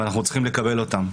אנחנו צריכים לקבל אותם.